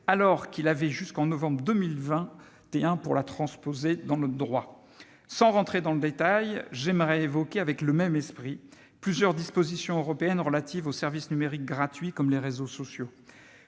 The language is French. alors qu'il a jusqu'en novembre 2021 pour la transposer dans notre droit. Sans entrer dans le détail, j'aimerais évoquer, avec le même esprit, plusieurs dispositions européennes relatives aux services numériques gratuits, comme les réseaux sociaux.